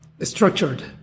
structured